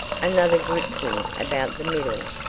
another gripped him about the middle,